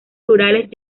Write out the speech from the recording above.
rurales